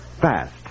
fast